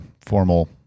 formal